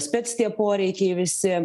spec tie poreikiai visi